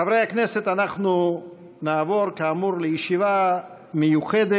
חברי הכנסת, אנחנו נעבור, כאמור, לישיבה מיוחדת